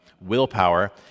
willpower